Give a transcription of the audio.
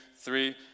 three